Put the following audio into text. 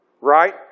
Right